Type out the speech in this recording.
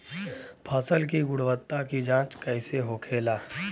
फसल की गुणवत्ता की जांच कैसे होखेला?